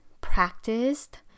practiced